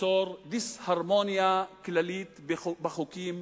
תיצור דיסהרמוניה כללית בחוקים